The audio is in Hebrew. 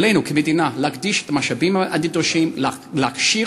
עלינו כמדינה להקדיש את המשאבים הנדרשים להכשיר